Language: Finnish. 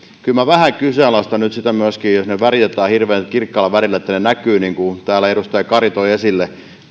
minä vähän kyseenalaistan nyt myöskin sitä jos ne väritetään hirveän kirkkaalla värillä että ne näkyvät niin kuin täällä edustaja kari toi esille